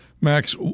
Max